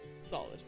solid